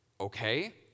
Okay